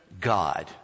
God